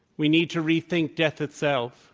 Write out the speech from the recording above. we need to rethink death itself.